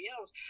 else